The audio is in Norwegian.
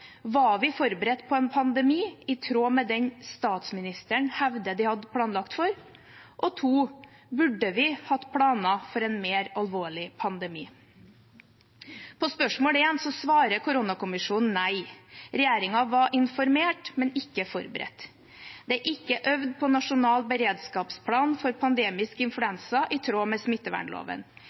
Var vi forberedt på en pandemi i tråd med den statsministeren hevder de hadde planlagt for? Burde vi hatt planer for en mer alvorlig pandemi? På spørsmål 1 svarer koronakommisjonen nei. Regjeringen var informert, men ikke forberedt. Det er ikke øvd på nasjonal beredskapsplan for pandemisk influensa i tråd med smittevernloven,